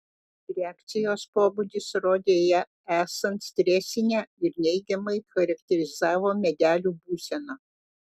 reakcijos pobūdis rodė ją esant stresinę ir neigiamai charakterizavo medelių būseną